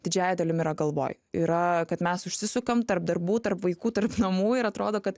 didžiąja dalim yra galvoj yra kad mes užsisukam tarp darbų tarp vaikų tarp namų ir atrodo kad